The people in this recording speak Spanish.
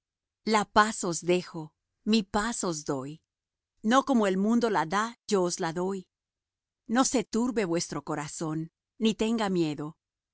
la paz os dejo mi paz os doy no como el mundo la da yo os la doy no se turbe vuestro corazón ni tenga miedo